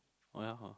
oh ya hor